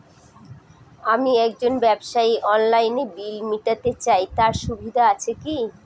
আমি একজন ব্যবসায়ী অনলাইনে বিল মিটাতে চাই তার সুবিধা আছে কি?